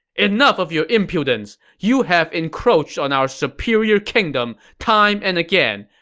enough of your impudence! you have encroached on our superior kingdom time and again.